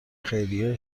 خیریه